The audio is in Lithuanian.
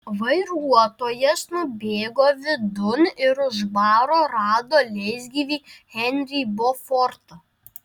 vairuotojas nubėgo vidun ir už baro rado leisgyvį henrį bofortą